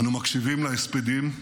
אנו מקשיבים להספדים,